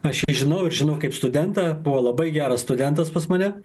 aš jį žinojau ir žinau kaip studentą buvo labai geras studentas pas mane